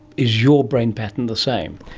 is your brain pattern the same?